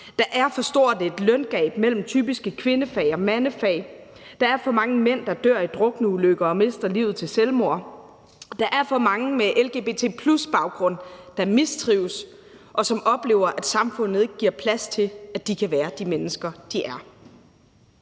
Der er for stort et løngab mellem typiske kvindefag og mandefag. Der er for mange mænd, der dør i drukneulykker og mister livet ved selvmord. Der er for mange med lgbt+-baggrund, der mistrives, og som oplever, at samfund ikke giver plads til, at de kan være de mennesker, de er.